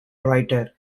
writer